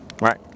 Right